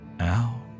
out